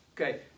Okay